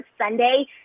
Sunday